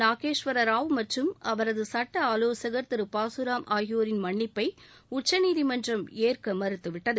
நாகேஸ்வரராவ் மற்றும் அவரது சட்ட ஆலோசகர் திருபாகராம் ஆகியோரின் மன்னிப்பை உச்சநீதிமன்றம் ஏற்க மறுத்துவிட்டது